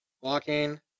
Walking